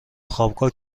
خوابگاه